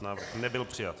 Návrh nebyl přijat.